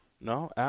No